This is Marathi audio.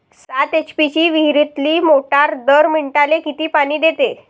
सात एच.पी ची विहिरीतली मोटार दर मिनटाले किती पानी देते?